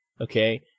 Okay